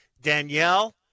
danielle